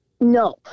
No